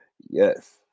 Yes